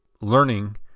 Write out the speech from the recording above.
learning